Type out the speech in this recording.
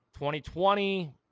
2020 –